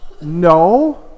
No